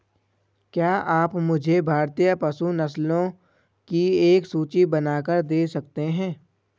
क्या आप मुझे भारतीय पशु नस्लों की एक सूची बनाकर दे सकते हैं?